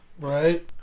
Right